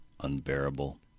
Unbearable